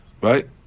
right